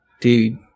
Dude